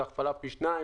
שזה פי שניים.